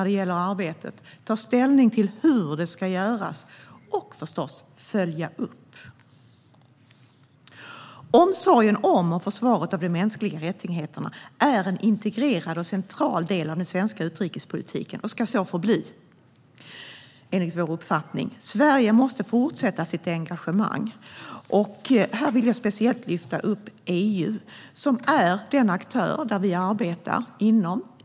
Det handlar om att ta ställning till hur det ska göras och, förstås, följas upp. Omsorgen om och försvaret av de mänskliga rättigheterna är en integrerad och central del av den svenska utrikespolitiken och ska så förbli, enligt vår uppfattning. Sverige måste fortsätta med sitt engagemang. Här vill jag speciellt lyfta upp EU, som är den aktör som vi arbetar inom.